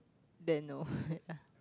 then no ya